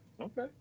Okay